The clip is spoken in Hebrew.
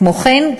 כמו כן,